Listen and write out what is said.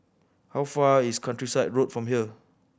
how far is Countryside Road from here